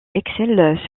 excelle